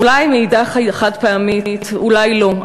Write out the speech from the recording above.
אולי מעידה חד-פעמית ואולי לא,